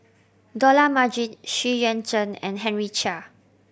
Dollah Majid Xu Yuan Zhen and Henry Chia